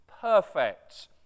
perfect